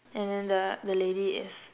and then the the lady is